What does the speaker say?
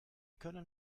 können